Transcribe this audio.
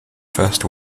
first